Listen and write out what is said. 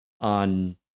on